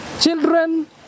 children